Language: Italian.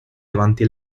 davanti